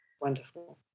Wonderful